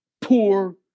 poor